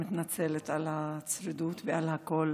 אני מתנצלת על הצרידות ועל הקול,